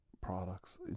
products